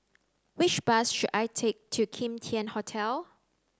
which bus should I take to Kim Tian Hotel